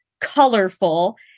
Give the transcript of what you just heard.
colorful